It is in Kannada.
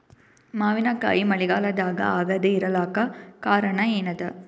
ಮಾವಿನಕಾಯಿ ಮಳಿಗಾಲದಾಗ ಆಗದೆ ಇರಲಾಕ ಕಾರಣ ಏನದ?